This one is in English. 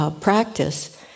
practice